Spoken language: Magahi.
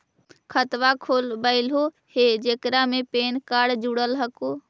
खातवा खोलवैलहो हे जेकरा मे पैन कार्ड जोड़ल हको?